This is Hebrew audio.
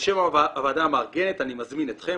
'בשם הוועדה המארגנת אני מזמין אתכם,